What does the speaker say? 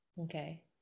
Okay